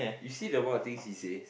you see the amount of things he says